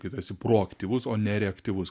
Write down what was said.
kai tu esi proaktyvus o ne reaktyvus